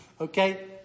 Okay